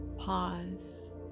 Pause